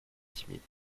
timide